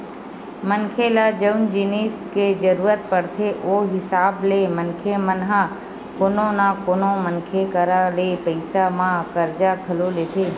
मनखे ल जउन जिनिस के जरुरत पड़थे ओ हिसाब ले मनखे मन ह कोनो न कोनो मनखे करा ले पइसा म करजा घलो लेथे